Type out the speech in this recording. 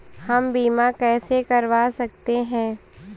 हम बीमा कैसे करवा सकते हैं?